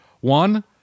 one